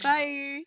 Bye